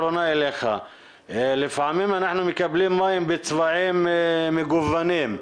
לפעמים אנחנו מקבלים מים בצבעים מגוונים.